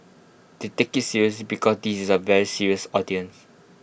they take IT seriously because this is A very serious audience